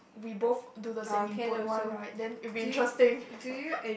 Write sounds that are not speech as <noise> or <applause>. we both do the same input one right then it'll be interesting <laughs>